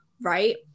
right